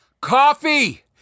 Coffee